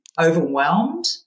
overwhelmed